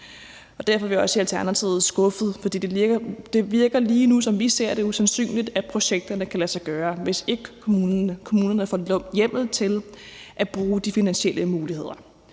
Derfor er vi også i Alternativet skuffede, for det virker lige nu, som vi ser det, usandsynligt, at projekterne kan lade sig gøre, hvis ikke kommunerne får hjemmel til at bruge de finansielle muligheder.